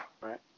Right